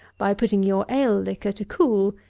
by putting your ale-liquor to cool,